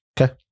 okay